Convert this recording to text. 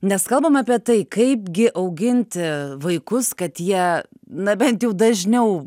nes kalbam apie tai kaipgi auginti vaikus kad jie na bent jau dažniau